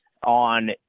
on